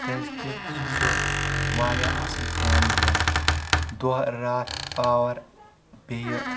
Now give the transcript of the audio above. کیاز کہِ سُہ چھُ واریاہ اصٕل کٲم دِوان دۄہ راتھ پاور بییٚہِ